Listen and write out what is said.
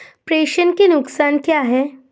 प्रेषण के नुकसान क्या हैं?